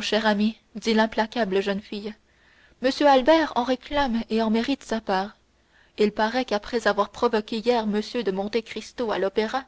chère amie dit l'implacable jeune fille m albert en réclame et en mérite sa part il paraît qu'après avoir provoqué hier m de monte cristo à l'opéra